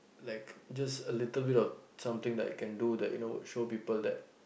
like just a little bit of something that I can do that you know would show people that